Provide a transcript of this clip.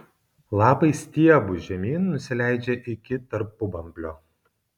lapai stiebu žemyn nusileidžia iki tarpubamblio